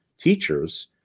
teachers